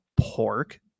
pork